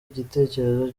igitekerezo